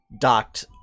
docked